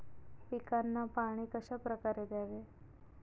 पिकांना पाणी कशाप्रकारे द्यावे?